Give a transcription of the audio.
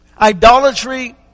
Idolatry